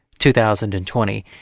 2020